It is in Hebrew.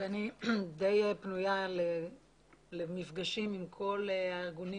אני די פנויה למפגשים עם כל הארגונים